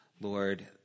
Lord